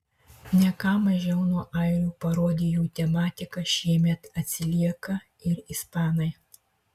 ne ką mažiau nuo airių parodijų tematika šiemet atsilieka ir ispanai